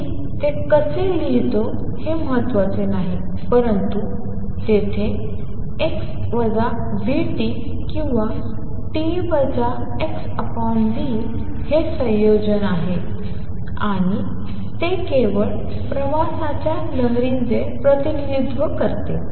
मी ते कसे लिहितो हे महत्त्वाचे नाही परंतु तेथे x v t किंवा t xv हे संयोजन आहे आणि ते केवळ प्रवासाच्या लहरींचे प्रतिनिधित्व करते